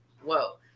whoa